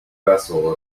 vessel